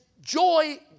joy